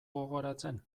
gogoratzen